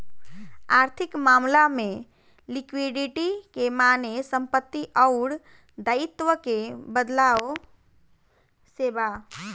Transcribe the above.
आर्थिक मामला में लिक्विडिटी के माने संपत्ति अउर दाईत्व के बदलाव से बा